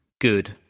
good